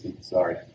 Sorry